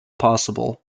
possible